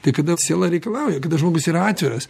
tai kada siela reikalauja kada žmogus yra atviras